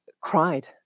cried